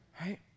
right